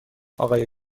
آقای